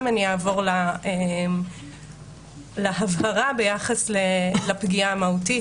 אני אעבור להבהרה ביחס לפגיעה המהותית,